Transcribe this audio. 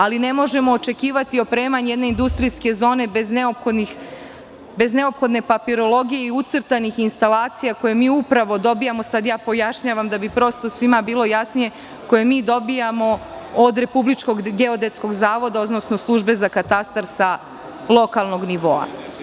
Ali, ne možemo očekivati opremanje jedne industrijske zone bez neophodne papirologije i ucrtanih instalacija koje upravo dobijamo, sada ovo pojašnjavam da bi svima bilo jasnije, koje mi dobijamo od Republičkog geodetskog zavoda, odnosno službe za katastar sa lokalnog nivoa.